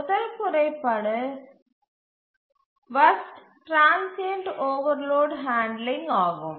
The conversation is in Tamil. முதல் குறைபாடு மோசமான டிரான்ஸ்சியன்ட் ஓவர்லோட் ஹாண்டுலிங் ஆகும்